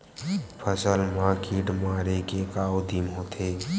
फसल मा कीट मारे के का उदिम होथे?